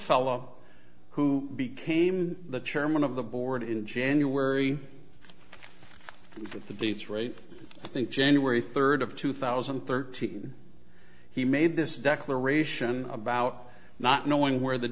fellow who became the chairman of the board in january for the it's rape i think january third of two thousand and thirteen he made this declaration about not knowing where the